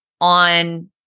on